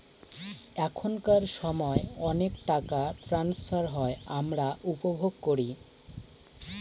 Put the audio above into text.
এখনকার সময় অনেক টাকা ট্রান্সফার হয় আমরা উপভোগ করি